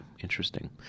Interesting